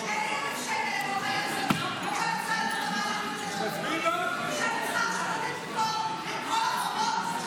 שם תומכים בהשתמטות, ופה תומכים בחיילים.